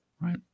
right